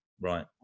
Right